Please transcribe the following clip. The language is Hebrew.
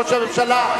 ראש הממשלה,